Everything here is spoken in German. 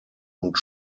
und